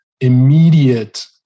immediate